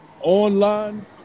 Online